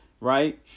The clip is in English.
right